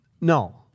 No